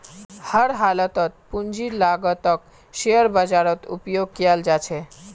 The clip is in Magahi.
हर हालतत पूंजीर लागतक शेयर बाजारत उपयोग कियाल जा छे